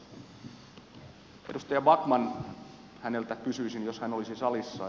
edustaja backmanilta kysyisin jos hän olisi salissa